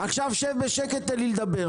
עכשיו שב בשקט, תן לי לדבר.